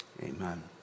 Amen